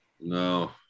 No